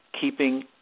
keeping